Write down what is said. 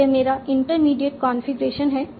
अब यह मेरा इंटरमीडिएट कॉन्फ़िगरेशन है